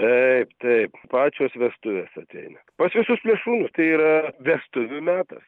taip taip pačios vestuvės ateina pas visus plėšrūnus tai yra vestuvių metas